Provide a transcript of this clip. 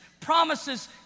promises